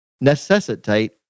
necessitate